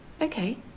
Okay